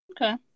Okay